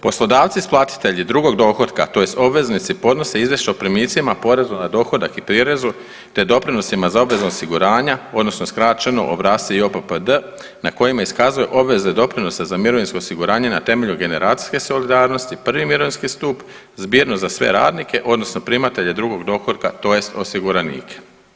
Poslodavci isplatitelji drugog dohotka, tj. obveznici podnose izvješće o primitcima, porezu na dohodak i prirezu, te doprinosima za obvezna osiguranja, odnosno skraćeno obrasce JOPPD na kojima iskazuje obveze doprinosa za mirovinsko osiguranje na temelju generacijske solidarnosti prvi mirovinski stup, zbirno za sve radnike odnosno primatelje drugog dohotka tj. osiguranike.